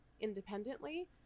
independently